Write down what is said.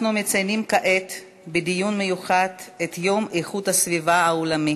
אנחנו מציינים כעת בדיון מיוחד את יום איכות הסביבה העולמי.